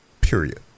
period